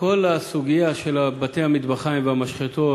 כל הסוגיה של בתי-המטבחיים והמשחטות,